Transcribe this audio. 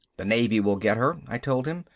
the navy will get her, i told him,